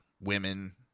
women